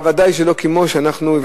ודאי לא כמו שאנחנו הבלטנו את זה,